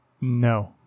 No